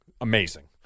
Amazing